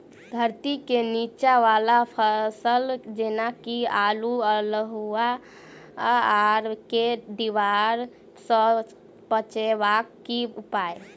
धरती केँ नीचा वला फसल जेना की आलु, अल्हुआ आर केँ दीवार सऽ बचेबाक की उपाय?